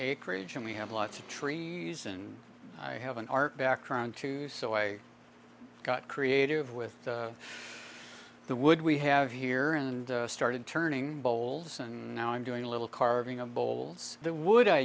acreage and we have lots of trees and i have an art background too so i got creative with the wood we have here and started turning bowls and now i'm doing a little carving of bowls the wood i